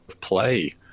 Play